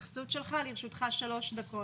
לרשותך שלוש דקות.